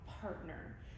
partner